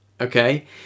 okay